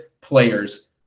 players